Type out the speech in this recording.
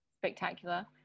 spectacular